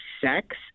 sex